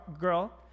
girl